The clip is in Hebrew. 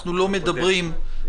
הקודם.